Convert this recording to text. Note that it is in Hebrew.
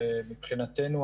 שמבחינתנו,